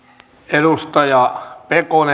arvoisa